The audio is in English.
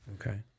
Okay